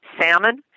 salmon